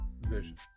vision